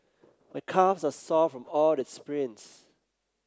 my calves are sore from all the sprints